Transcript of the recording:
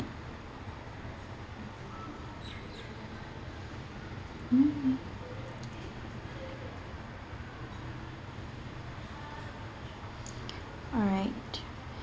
mm alright